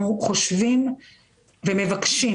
אנחנו חושבים ומבקשים,